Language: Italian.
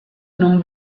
non